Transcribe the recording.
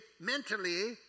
mentally